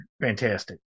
fantastic